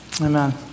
Amen